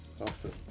Awesome